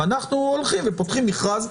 אנחנו הולכים ופותחים מכרז,